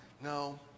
No